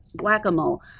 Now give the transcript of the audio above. whack-a-mole